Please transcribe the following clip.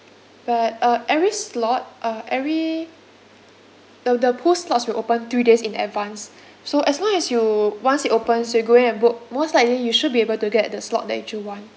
but uh every slot uh every the the pool slots will open three days in advance so as long as you once it opens you go in and book most likely you should be able to get the slot that you want